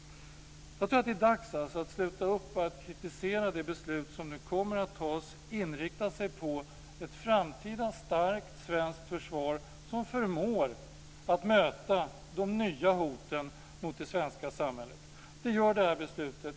Jag tror att det är dags att sluta upp att kritisera det beslut om nu kommer att fattas och i stället inrikta sig på ett framtida starkt svenskt försvar som förmår att möta de nya hoten mot det svenska samhället. Det gör det här beslutet.